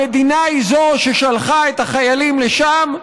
המדינה היא ששלחה את החיילים לשם,